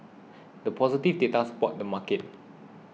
the positive data supported the market